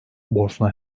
bosna